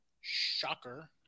Shocker